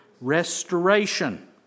Restoration